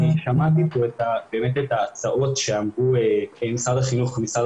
שמעתי כאן את ההצעות שהציעו משרד החינוך ומשרד